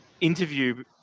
interview